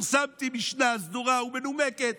פרסמתי משנה סדורה ומנומקת